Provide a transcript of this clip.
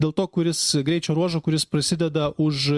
dėl to kuris greičio ruožo kuris prasideda už